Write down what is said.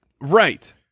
Right